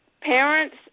parents